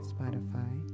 Spotify